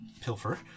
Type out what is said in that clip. pilfer